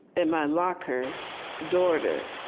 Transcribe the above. and my locker's daughter